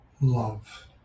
love